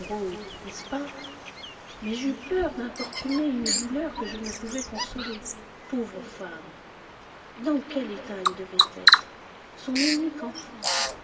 n'est-ce pas mais j'eus peur d'importuner une douleur que je ne pouvais consoler pauvre femme dans quel état elle devait être son unique enfant